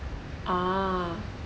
ah